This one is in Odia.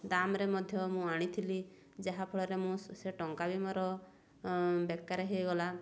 ଦାମ୍ରେ ମଧ୍ୟ ମୁଁ ଆଣିଥିଲି ଯାହାଫଳରେ ମୁଁ ସେ ଟଙ୍କା ବି ମୋର ବେକାର ହେଇଗଲା